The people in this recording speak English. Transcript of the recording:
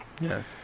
Yes